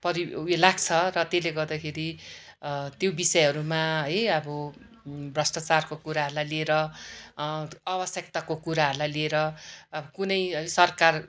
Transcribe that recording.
परि उयो लाग्छ र तेल्ले गर्दाखेरि त्यो विषयहरूमा है आबो भ्रष्टाचारको कुराहरलाई लिएर आवश्यकताको कुराहरलाई लिएर अबो कुनै सरकार